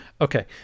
okay